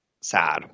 sad